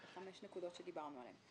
חמש נקודות שדיברנו עליהן.